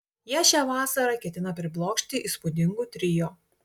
jie šią vasarą ketina priblokšti įspūdingu trio